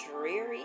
dreary